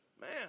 Man